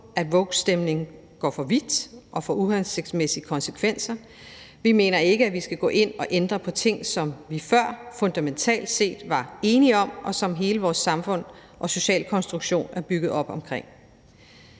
at wokestemning går for vidt og får uhensigtsmæssige konsekvenser. Vi mener ikke, at vi skal gå ind og ændre på ting, som vi før fundamentalt set var enige om, og som hele vores samfund og sociale konstruktion er bygget op omkring.